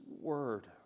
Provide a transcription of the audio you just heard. word